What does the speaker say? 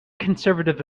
conservative